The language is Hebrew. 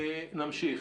נמשיך.